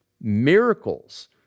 miracles